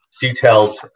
detailed